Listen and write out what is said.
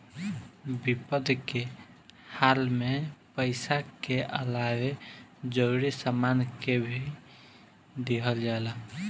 विपद के हाल में पइसा के अलावे जरूरी सामान के भी दिहल जाला